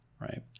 right